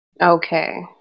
Okay